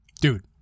dude